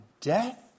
death